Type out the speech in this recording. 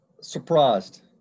Surprised